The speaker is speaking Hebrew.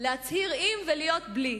להצהיר עם ולהיות בלי.